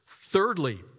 Thirdly